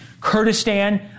Kurdistan